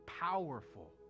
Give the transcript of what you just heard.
powerful